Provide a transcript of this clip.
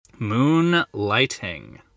Moonlighting